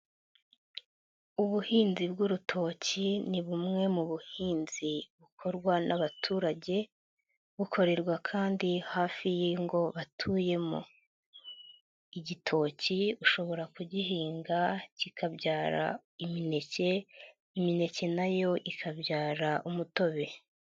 Ubuhinzi bw'urutoki ni bumwe mu buhinzi bukorwa n'abaturage bukorerwa kandi hafi y'ingo batuyemo, igitoki ushobora kugihinga kikabyara imineke, imineke na yo ikabyara umutobe.